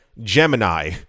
Gemini